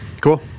cool